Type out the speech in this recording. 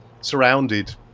surrounded